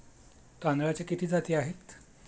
तांदळाच्या किती जाती आहेत?